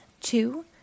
two